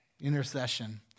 Intercession